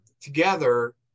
Together